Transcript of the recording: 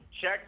Check